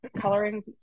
coloring